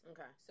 Okay